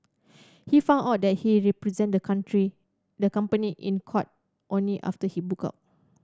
he found out that he represented the country the company in court only after he book out